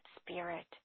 spirit